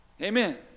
Amen